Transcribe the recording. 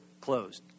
closed